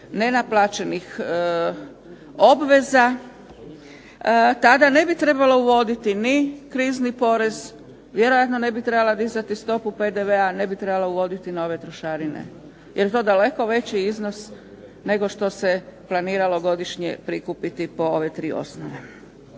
nenaplaćenih obveza tada ne bi trebalo uvoditi ni krizni porez, vjerojatno ne bi trebala dizati stopu PDV-a, ne bi trebala uvoditi nove trošarine jer je to daleko veći iznos nego što se planiralo godišnje prikupiti po ove tri osnove.